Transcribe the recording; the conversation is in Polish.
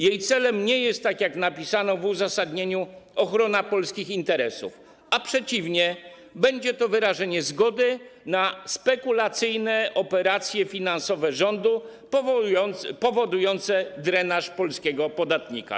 Jej celem nie jest, tak jak napisano w uzasadnieniu, ochrona polskich interesów, a przeciwnie – będzie to wyrażenie zgody na spekulacyjne operacje finansowe rządu, powodujące drenaż polskiego podatnika.